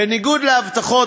בניגוד להבטחות,